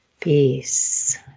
Peace